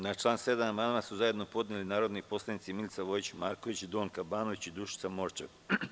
Na član 7. amandman su zajedno podneli narodni poslanici Milica Vojić Marković, Donka Banović i Dušica Morčev.